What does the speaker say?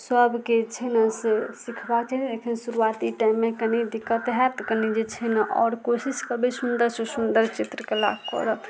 सबके छै ने से सिखबाक चाही एखन शुरुआती टाइममे कनी दिक्कत होयत कनी जे छै ने आओर कोशिश करबै सुन्दर से सुन्दर चित्रकला करब